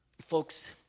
Folks